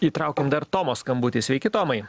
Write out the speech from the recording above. įtraukim dar tomo skambutį sveiki tomai